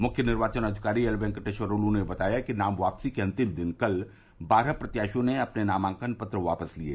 मुख्य निर्वाचन अधिकारी एल वेंकटेश्वर लू ने बताया कि नाम वापसी के अंतिम दिन कल बारह प्रत्याशियों ने अपने नामांकन पत्र वापस लिये